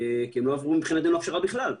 כי הם לא עברו מבחינתנו הכשרה בכלל.